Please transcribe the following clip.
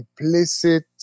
implicit